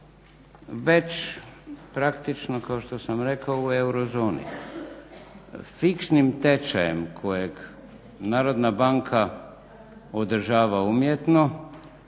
već praktično kao što sam rekao u eurozoni. Fiksnim tečajem kojeg Narodna banka održava umjetno,